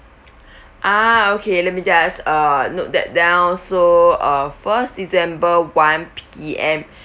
uh okay let me just uh note that down so uh first december one P_M